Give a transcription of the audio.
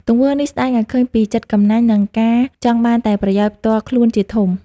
ទង្វើនេះស្ដែងឱ្យឃើញពីចិត្តកំណាញ់ និងការចង់បានតែប្រយោជន៍ផ្ទាល់ខ្លួនជាធំ។